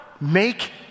make